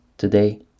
Today